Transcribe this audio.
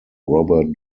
robert